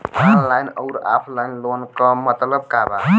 Online अउर offline loan क मतलब का बा?